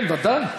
כן, ודאי.